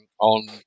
on